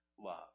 love